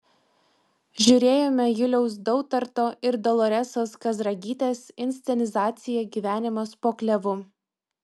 žiūrėjome juliaus dautarto ir doloresos kazragytės inscenizaciją gyvenimas po klevu